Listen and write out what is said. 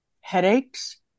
headaches